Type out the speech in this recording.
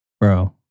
Bro